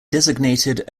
designated